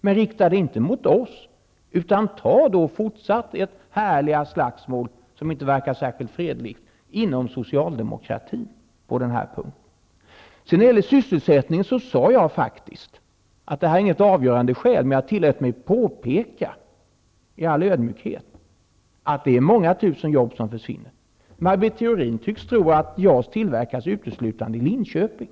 Men hon skall inte rikta det mot oss utan i stället fortsätta det härliga slagsmålet, som inte verkar särskilt fredligt, inom socialdemokratin. När det gäller sysselsättningen sade jag att det argumentet inte var avgörande. Men jag tillät mig påpeka i all ödmjukhet att det är många tusen arbetstillfällen som försvinner. Maj Britt Theorin tycks tro att JAS tillverkas uteslutande i Linköping.